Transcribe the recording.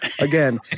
again